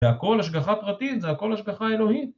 והכל השגחה פרטית זה הכל השגחה אלוהית